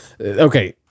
okay